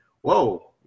Whoa